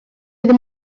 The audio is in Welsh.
ddim